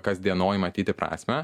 kasdienoje matyti prasmę